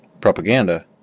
Propaganda